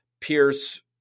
Pierce